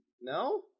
no